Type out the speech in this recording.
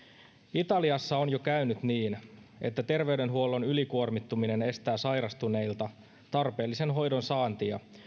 italiassa on jo käynyt niin että terveydenhuollon ylikuormittuminen estää sairastuneilta tarpeellisen hoidon saantia